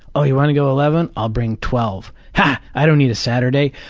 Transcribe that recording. oh, you want to go eleven? i'll bring twelve. ha! i don't need a saturday.